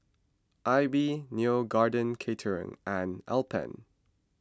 Aibi Neo Garden Catering and Alpen